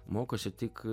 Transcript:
mokosi tik